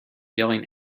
yelling